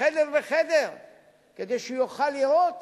חדר וחדר כדי שהוא יוכל לראות